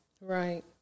Right